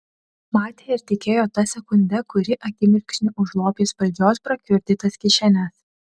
matė ir tikėjo ta sekunde kuri akimirksniu užlopys valdžios prakiurdytas kišenes